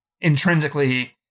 intrinsically